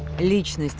allegiance